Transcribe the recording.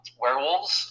werewolves